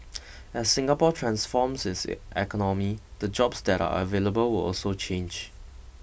as Singapore transforms its economy the jobs that are available will also change